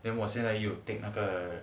then 我现在有 take 那个